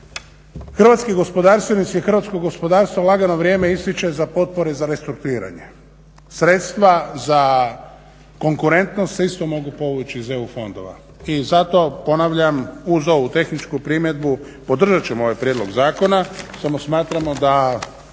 hrvatski gospodarstvenici i hrvatsko gospodarstvo lagano vrijeme ističe za potpore za restrukturiranje. Sredstva za konkurentnost se isto mogu povući iz EU fondova i zato ponavljam uz ovu tehničku primjedbu podržat ćemo ovaj prijedlog zakona, samo smatramo da